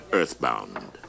earthbound